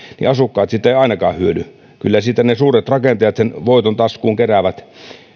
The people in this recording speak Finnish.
niin asukkaat siitä eivät ainakaan hyödy kyllä siitä ne suuret rakentajat voiton taskuun keräävät